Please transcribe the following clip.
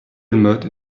mode